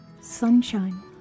sunshine